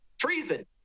treason